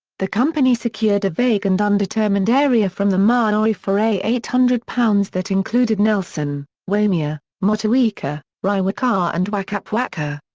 the company secured a vague and undetermined area from the maori for eight hundred pounds that included nelson, waimea, motueka, riwaka and whakapuaka.